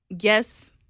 yes